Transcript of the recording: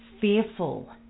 fearful